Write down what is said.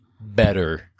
better